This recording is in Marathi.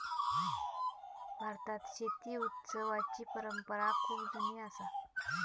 भारतात शेती उत्सवाची परंपरा खूप जुनी असा